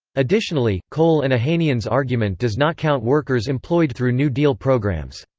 additionally, cole and ohanian's argument does not count workers employed through new deal programs.